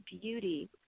beauty